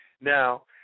Now